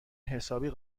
حسابی